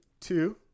Two